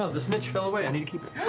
ah the snitch fell away, i need to keep it.